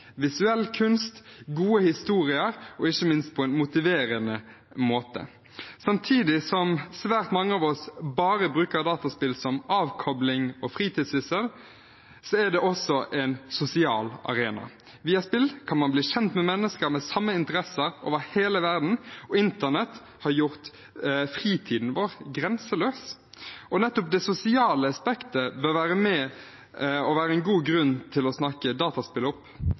visuell kunst og gode historier – ikke minst på en motiverende måte. Samtidig som svært mange av oss bare bruker dataspill som avkobling og fritidssyssel, er det også en sosial arena. Via spill kan man bli kjent med mennesker med samme interesser over hele verden, og internett har gjort fritiden vår grenseløs. Nettopp det sosiale aspektet bør være med og være en god grunn til å snakke dataspill opp,